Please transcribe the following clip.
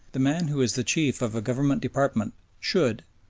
the man who is the chief of a government department should,